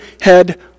head